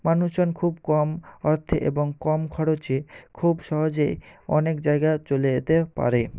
মানুষজন খুব কম অর্থে এবং কম খরচে খুব সহজে অনেক জায়গায় চলে যেতে পারে